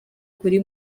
kuri